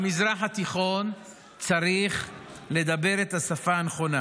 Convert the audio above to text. במזרח התיכון צריך לדבר את השפה הנכונה.